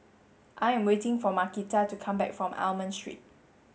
I am waiting for Markita to come back from Almond Street